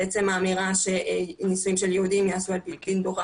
עצם האמירה שנישואים של יהודים ייעשו על פי דין תורה,